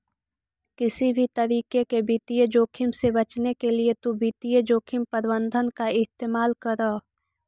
किसी भी तरीके के वित्तीय जोखिम से बचने के लिए तु वित्तीय जोखिम प्रबंधन का इस्तेमाल करअ